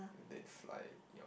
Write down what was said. dead fly in your mouth